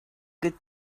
good